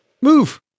move